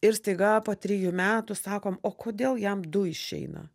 ir staiga po trijų metų sako o kodėl jam du išeina